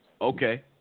Okay